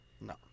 No